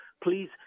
please